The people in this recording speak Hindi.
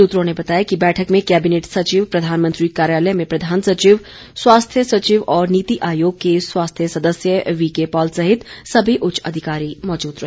सूत्रों ने बताया कि बैठक में कैबिनेट सचिव प्रधानमंत्री कार्यालय में प्रधान सचिव स्वास्थ्य सचिव और नीति आयोग के स्वास्थ्य सदस्य वीकेपॉल सहित सभी उच्च अधिकारी मौजूद रहे